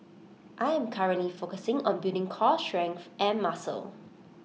I am currently focusing on building core strength and muscle